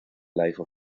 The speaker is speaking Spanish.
life